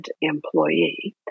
employee